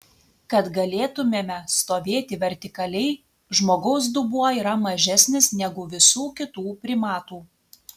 kad galėtumėme stovėti vertikaliai žmogaus dubuo yra mažesnis negu visų kitų primatų